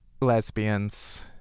lesbians